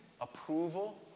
approval